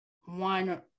one